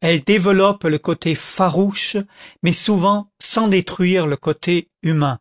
elles développent le côté farouche mais souvent sans détruire le côté humain